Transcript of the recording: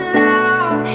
love